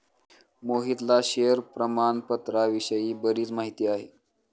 मोहितला शेअर प्रामाणपत्राविषयी बरीच माहिती आहे